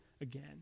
again